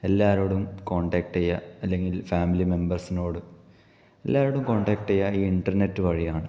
എല്ലാവരോടും കോണ്ടാക്റ്റ് ചെയ്യുക അല്ലെങ്കിൽ ഫാമിലി മെബേഴ്സിനോട് എല്ലാവരോടും കോണ്ടാക്റ്റ് ചെയ്യുക ഇന്റർനെറ്റ് വഴിയാണ്